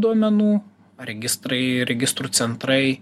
duomenų registrai registrų centrai